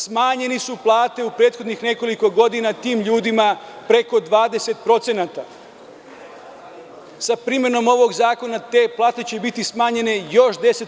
Smanjili su plate u prethodnih nekoliko godina, tim ljudima preko 20%, sa primenom novog zakona te plate će biti smanjene još 10%